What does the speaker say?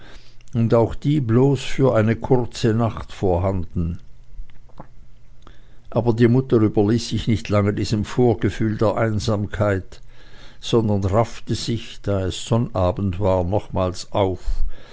und auch die bloß für eine kurze nacht vorhanden aber die mutter überließ sich nicht lange diesem vorgefühl der einsamkeit sondern raffte sich da es sonnabend war nochmals auf